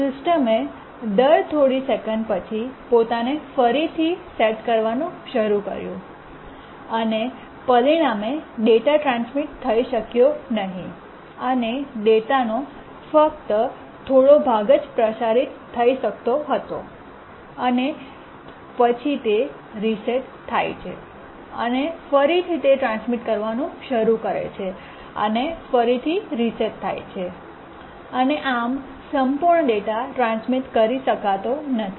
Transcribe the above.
સિસ્ટમે દર થોડીક સેકંડ પછી પોતાને ફરીથી રીસેટ કરવાનું શરૂ કર્યું અને પરિણામે ડેટા ટ્રાન્સમિટ થઈ શક્યો નહીં અને ડેટાનો ફક્ત થોડો ભાગ જ પ્રસારિત થઈ શકતો હતો અને પછી તે ફરીથી રીસેટ થાય છે અને ફરીથી તે ટ્રાન્સમિટ કરવાનું શરૂ કરે છે અને ફરીથી રીસેટ થાય છે અને આમ સંપૂર્ણ ડેટા ટ્રાન્સમિટ કરી શકાતો નથી